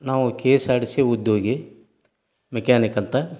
ನಾವು K S R T C ಉದ್ಯೋಗಿ mechanic ಅಂತ